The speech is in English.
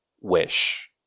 wish